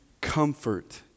comfort